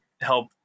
help